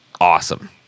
awesome